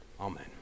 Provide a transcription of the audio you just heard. Amen